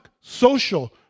social